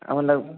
हाँ मतलब